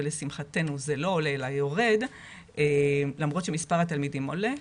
ולשמחתנו זה לא עולה אלא יורד למרות שמספר התלמידים עולה,